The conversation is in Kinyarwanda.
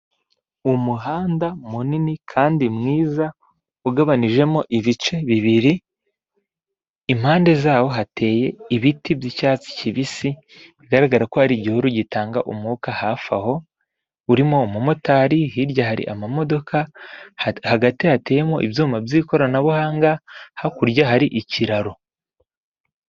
Umuhanda munini kandi mwiza ugabanijemo ibice bibiri, impande zawo hateye ibiti by'icyatsi kibisi bigaragara ko hari igihuru gitanga umwuka hafi aho, urimo umumotari hirya hari amamodoka hagati hateyemo ibyuma by'ikoranabuhanga, hakurya hari ikiraro.